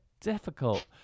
difficult